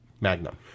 Magnum